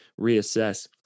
reassess